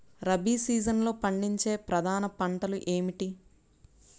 రబీ సీజన్లో పండించే ప్రధాన పంటలు ఏమిటీ?